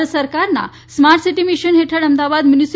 ભારત સરકારના smart city mission હેઠળ અમદાવાદ મ્યુનિ